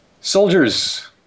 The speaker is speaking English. Soldiers